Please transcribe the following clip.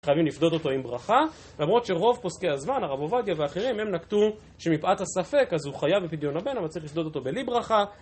חייבים לפדות אותו עם ברכה, למרות שרוב פוסקי הזמן, הרב עובדיה ואחרים הם נקטו שמפאת הספק, אז הוא חייב בפדיון הבן, אבל צריך לפדות אותו בלי ברכה